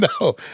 No